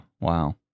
Wow